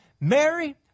Mary